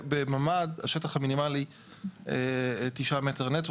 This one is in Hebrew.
בממ"ד השטח המינימלי 9 מ"ר נטו,